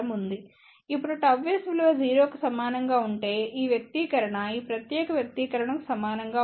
ఇప్పుడుΓS విలువ 0 కు సమానంగా ఉంటేఈ వ్యక్తీకరణ ఈ ప్రత్యేక వ్యక్తీకరణకు సమానంగా ఉంటుంది